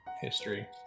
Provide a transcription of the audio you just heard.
history